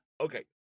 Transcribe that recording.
Okay